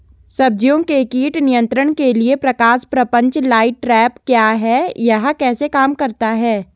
सब्जियों के कीट नियंत्रण के लिए प्रकाश प्रपंच लाइट ट्रैप क्या है यह कैसे काम करता है?